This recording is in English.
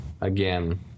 again